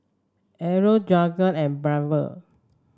Errol Jagger and Belva